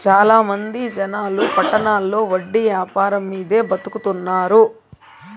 చాలా మంది జనాలు పట్టణాల్లో వడ్డీ యాపారం మీదే బతుకుతున్నారు